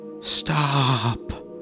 Stop